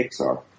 Pixar